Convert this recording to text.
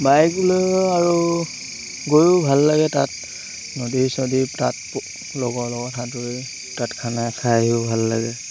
bike লৈ আৰু গৈয়ো ভাল লাগে তাত নদীৰ চদীৰ তাত লগৰ লগত সাঁতুৰি তাত খানা খাইও ভাল লাগে